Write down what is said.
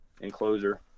enclosure